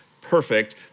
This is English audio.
perfect